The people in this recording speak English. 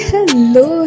Hello